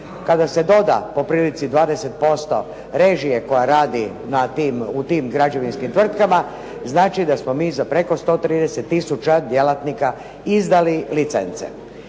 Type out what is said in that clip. Kada se doda po prilici 20% režije koja radi na tim, u tim građevinskim tvrtkama znači da smo mi preko 130000 djelatnika izdali licence.